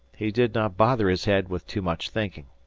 he did not bother his head with too much thinking.